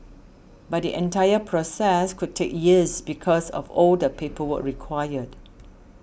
but the entire process could take years because of all the paperwork required